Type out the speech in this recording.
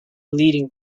leading